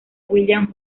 william